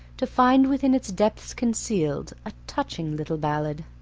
to find within its depths concealed a touching little ballad.